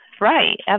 Right